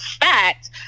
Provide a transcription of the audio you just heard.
fact